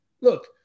look